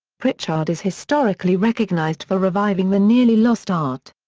pritchard is historically recognized for reviving the nearly lost art.